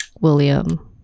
William